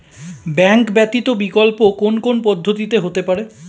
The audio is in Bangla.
ব্যাংক ব্যতীত বিকল্প কোন কোন পদ্ধতিতে হতে পারে?